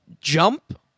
jump